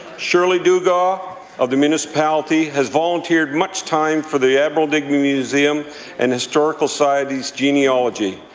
shirley dugas of the municipality has volunteered much time for the admiral digby museum and historical society's genealogy,